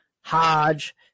Hodge